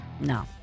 No